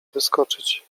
wyskoczyć